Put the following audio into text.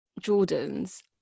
Jordans